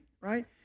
Right